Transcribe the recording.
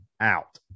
out